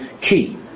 key